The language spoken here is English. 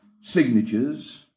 signatures